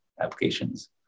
applications